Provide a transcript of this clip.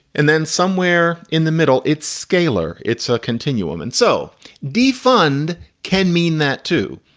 and then somewhere in the middle, it's scalar. it's a continuum. and so defund can mean that, too,